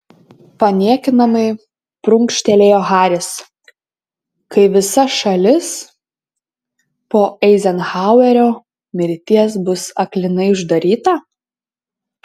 paniekinamai prunkštelėjo haris kai visa šalis po eizenhauerio mirties bus aklinai uždaryta